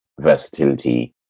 versatility